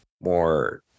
more